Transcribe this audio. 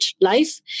life